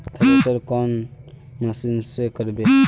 Thresher कौन machine से करबे?